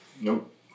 Nope